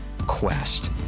Quest